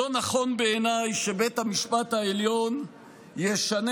"לא נכון בעיניי שבית המשפט העליון ישנה